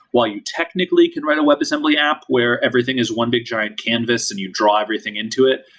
while you technically can write a webassembly app, where everything is one big giant canvas and you draw everything into it.